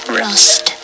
rust